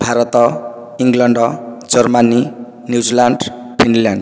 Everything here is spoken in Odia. Bharat England Germany New Zealand England